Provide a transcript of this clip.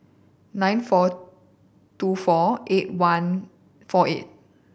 nine four two four eight one four eight